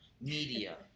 media